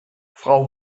frau